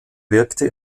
wirkte